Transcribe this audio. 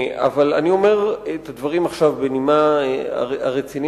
אבל אני אומר את הדברים עכשיו בנימה הרצינית